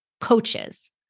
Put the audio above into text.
coaches